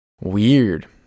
Weird